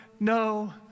No